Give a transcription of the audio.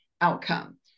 outcome